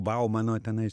baumano tenais